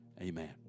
Amen